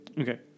Okay